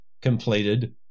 completed